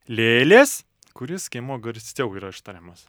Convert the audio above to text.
lėlės kuris skiemuo garsiau yra ištariamas